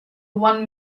one